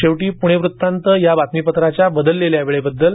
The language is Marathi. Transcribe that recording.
शेवटी पूणे वृत्तांत या बातमीपत्राच्या बदललेल्या वेळेबद्दल